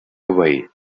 away